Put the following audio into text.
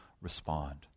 respond